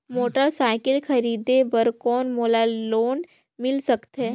Motorcycle खरीदे बर कौन मोला लोन मिल सकथे?